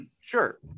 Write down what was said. Sure